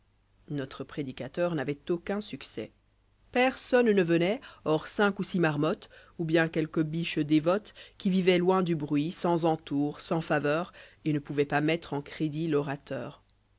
notre prédicateur n'avoit aucun succès personne ne venqit hors cinq ou six marmottes ou bien quelques biches dévotes qui vivoient loin du bruit sans entour sans faveur et ne pouvoient pas mettre en crédit l'orateur